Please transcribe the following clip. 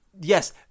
Yes